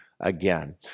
again